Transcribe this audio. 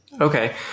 Okay